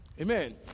Amen